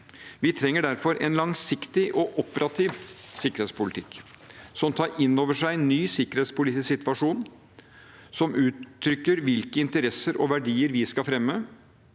Vi trenger derfor en langsiktig og operativ sikkerhetspolitikk som tar inn over seg en ny sikkerhetspolitisk situasjon, som uttrykker hvilke interesser og verdier vi skal fremme,